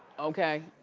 okay?